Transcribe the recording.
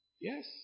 Yes